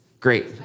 Great